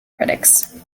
critics